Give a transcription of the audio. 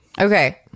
Okay